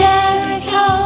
Jericho